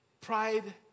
Pride